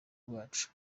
bwacu